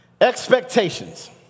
Expectations